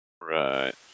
Right